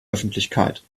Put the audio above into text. öffentlichkeit